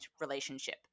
relationship